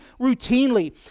routinely